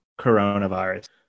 coronavirus